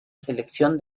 selección